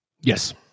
yes